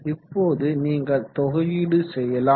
இப்போது நீங்கள் தொகையீடு செய்யலாம்